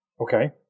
Okay